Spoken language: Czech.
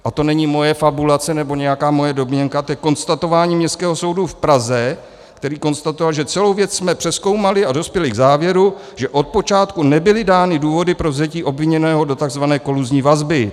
A to není moje fabulace nebo nějaká moje domněnka, to je konstatování Městského soudu v Praze, který konstatoval, že celou věc jsme přezkoumali a dospěli k závěru, že od počátku nebyly dány důvody pro vzetí obviněného do tzv. koluzní vazby.